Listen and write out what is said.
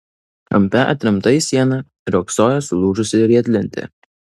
kampe atremta į sieną riogsojo sulūžusi riedlentė